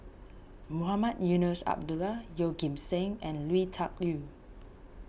Mohamed Eunos Abdullah Yeoh Ghim Seng and Lui Tuck Yew